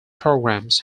programs